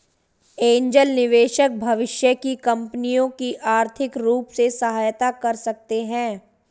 angel निवेशक भविष्य की कंपनियों की आर्थिक रूप से सहायता कर सकते हैं